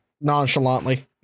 nonchalantly